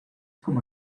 como